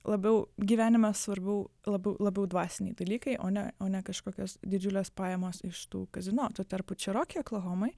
labiau gyvenime svarbiau labiau labiau dvasiniai dalykai o ne o ne kažkokios didžiulės pajamos iš tų kazino tuo tarpu čeroki oklahomoj